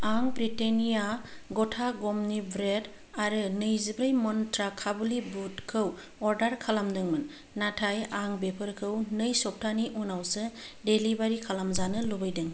आं ब्रिटेन्निया गथा गमनि ब्रेद आरो नैजिब्रै मन्त्रा काबुलि बुदखौ अर्डार खालामदोंमोन नाथाय आं बेफोरखौ नै सप्तानि उनावसो डेलिबारि खालामजानो लुबैदों